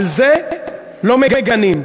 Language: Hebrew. את זה לא מגנים,